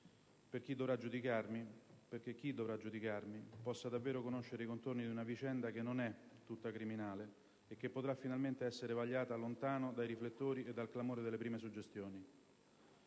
perché chi dovrà giudicarmi possa davvero conoscere i contorni di una vicenda che non è tutta criminale e che potrà finalmente essere vagliata lontano dai riflettori e dal clamore delle prime suggestioni.